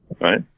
right